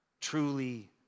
truly